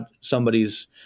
somebody's